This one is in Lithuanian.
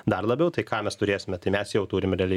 dar labiau tai ką mes turėsime tai mes jau turim realiai